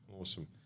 awesome